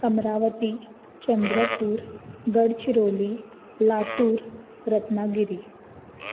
Amravati Chandrapur Gadchiroli Latur Ratnagiri